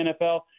NFL